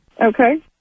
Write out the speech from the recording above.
okay